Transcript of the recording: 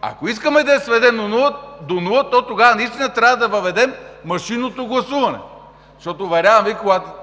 Ако искаме да я сведем до нула, то тогава наистина трябва да въведем машинното гласуване, защото, уверявам Ви